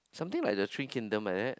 something like the three kingdom like that